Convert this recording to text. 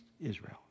Israel